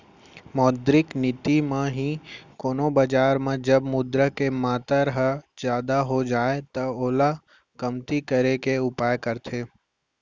मौद्रिक नीति म ही कोनो बजार म जब मुद्रा के मातर ह जादा हो जाय त ओला कमती करे के उपाय करथे